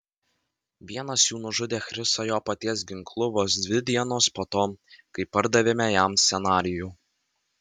vienas jų nužudė chrisą jo paties ginklu vos dvi dienos po to kai perdavėme jam scenarijų